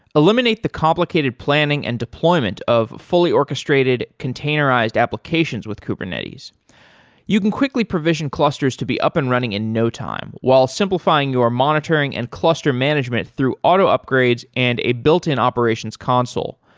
eliminate the complicated planning and deployment of fully orchestrated containerized applications with kubernetes you can quickly provision clusters to be up and running in no time, while simplifying your monitoring and cluster management through auto upgrades and a built-in operations console.